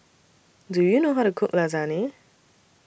Do YOU know How to Cook Lasagne